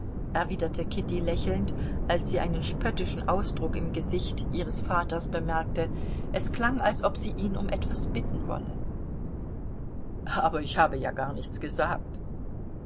erwiderte kitty lächelnd als sie einen spöttischen ausdruck im gesicht ihres vaters bemerkte es klang als ob sie ihn um etwas bitten wolle aber ich habe ja gar nichts gesagt